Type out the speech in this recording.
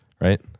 right